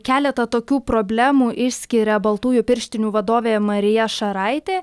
keletą tokių problemų išskiria baltųjų pirštinių vadovė marija šaraitė